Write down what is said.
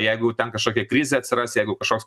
jeigu ten kažkokia krizė atsiras jeigu kažkoks